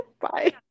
Bye